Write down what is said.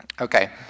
Okay